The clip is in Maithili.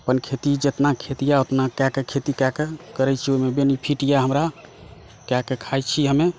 अपन खेती जेतना खेती यऽ अपना कए कऽ खेती कए कऽ करै छी ओहिमे बेनिफिट यऽ हमरा कए कऽ खाइ छी हमे